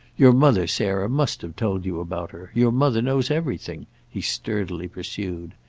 your mother, sarah, must have told you about her your mother knows everything, he sturdily pursued.